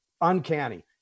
uncanny